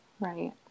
Right